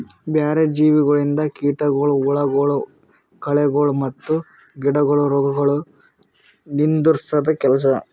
ಬ್ಯಾರೆ ಜೀವಿಗೊಳಿಂದ್ ಕೀಟಗೊಳ್, ಹುಳಗೊಳ್, ಕಳೆಗೊಳ್ ಮತ್ತ್ ಗಿಡ ರೋಗಗೊಳ್ ನಿಂದುರ್ಸದ್ ಕೆಲಸ